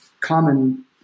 common